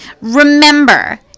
Remember